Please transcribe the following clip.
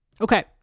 Okay